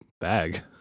bag